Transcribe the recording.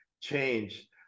change